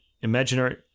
imaginary